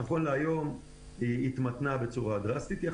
העלייה התמתנה בצורה דרסטית בתקופה